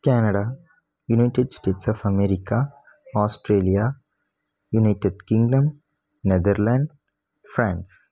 Canada United States of America Australia United Kingdom Netherlands France